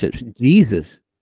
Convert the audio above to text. Jesus